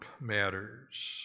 matters